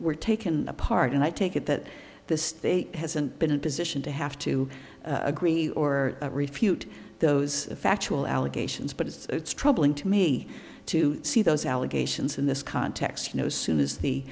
were taken apart and i take it that the state hasn't been in a position to have to agree or refute those factual allegations but it's troubling to me to see those allegations in this context you know soon as the